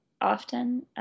often